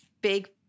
big